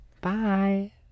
Bye